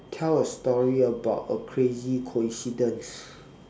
tell a story about a crazy coincidence